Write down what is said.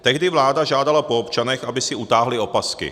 Tehdy vláda žádala po občanech, aby si utáhli opasky.